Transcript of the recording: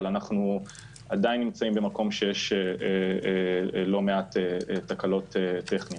אנחנו עדיין נמצאים במקום שיש לא מעט תקלות טכניות.